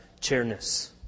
chairness